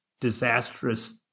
disastrous